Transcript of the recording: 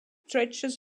stretches